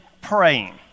praying